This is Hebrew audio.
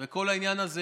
כל העניין הזה